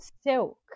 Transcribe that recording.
silk